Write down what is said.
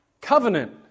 covenant